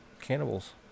cannibals